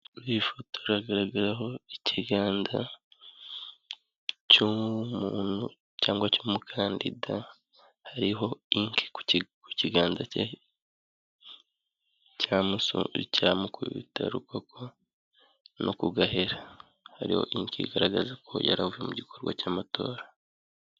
Iyi foto iragaragaraho ikiganza cy'umuntu cyangwa cy'umukandida, hariho inki ku kiganza cye cya mukubita rukoko no ku gahera hariho inki bigaragaza ko yari avuye mu gikorwa cy'amatora.